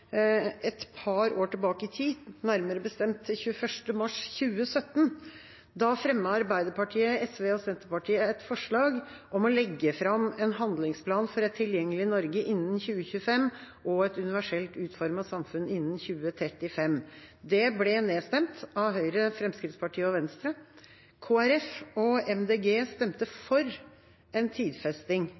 et par år tilbake i tid, nærmere bestemt 21. mars 2017. Da fremmet Arbeiderpartiet, SV og Senterpartiet et forslag om å «legge frem en handlingsplan for et tilgjengelig Norge i 2025, og et universelt utformet samfunn innen 2035». Det ble nedstemt av Høyre, Fremskrittspartiet og Venstre. Kristelig Folkeparti og Miljøpartiet De Grønne stemte for en ny tidfesting.